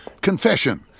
confession